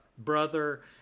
Brother